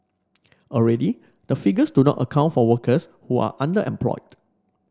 already the figures do not account for workers who are underemployed